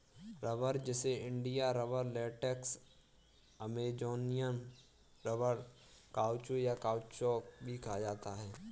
रबड़, जिसे India rubber, latex, Amazonian rubber, caucho, या काउचौक भी कहा जाता है